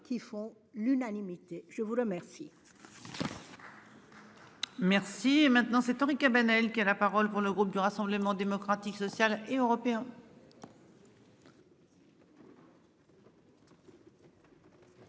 qui font l'unanimité. Je vous remercie.